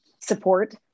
support